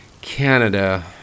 Canada